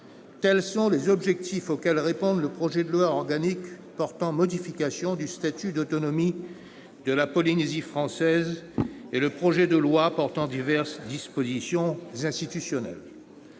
tels sont les objectifs auxquels répondent le projet de loi organique portant modification du statut d'autonomie de la Polynésie française et le projet de loi portant diverses dispositions institutionnelles.